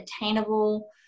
attainable